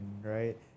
right